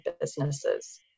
businesses